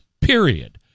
Period